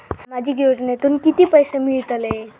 सामाजिक योजनेतून किती पैसे मिळतले?